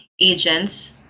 agents